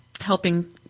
helping